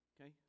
Okay